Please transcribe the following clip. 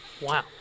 Wow